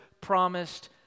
promised